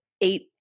eight